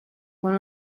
con